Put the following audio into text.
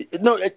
No